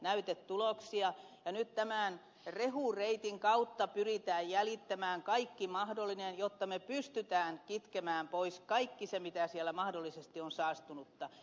nyt tämän rehureitin kautta pyritään jäljittämään kaikki mahdollinen jotta me pystymme kitkemään pois kaiken sen mikä siellä mahdollisesti on saastunutta